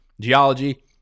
Geology